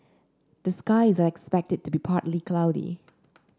the skies are expected to be partly cloudy